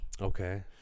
Okay